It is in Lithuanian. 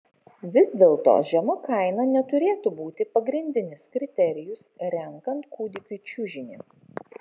vis dėlto žema kaina neturėtų būti pagrindinis kriterijus renkant kūdikiui čiužinį